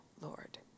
Lord